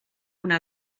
una